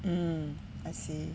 um I see